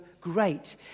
great